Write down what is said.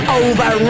over